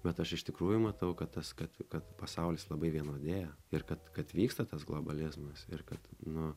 bet aš iš tikrųjų matau kad tas kad kad pasaulis labai vienodėja ir kad kad vyksta tas globalizmas ir kad nu